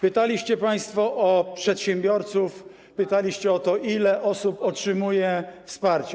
Pytaliście państwo o przedsiębiorców, pytaliście o to, ile osób otrzymuje wsparcie.